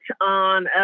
on